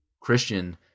Christian